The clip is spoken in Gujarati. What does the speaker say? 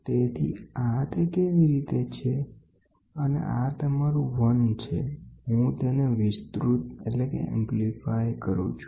તેથી આ આવી રીતે તમારું 1 છે હું તેને વિસ્તૃત કરું છું